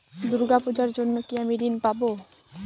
দূর্গা পূজার জন্য কি আমি ঋণ পাবো?